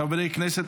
חברי הכנסת,